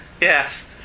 Yes